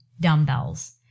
dumbbells